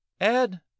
Ed